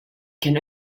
can